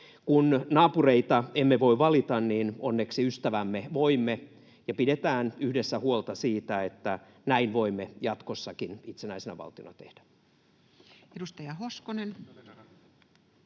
Kun naapureita emme voi valita, niin onneksi ystävämme voimme, ja pidetään yhdessä huolta siitä, että näin voimme jatkossakin itsenäisenä valtiona tehdä. [Mikko